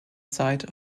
site